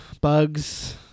Bugs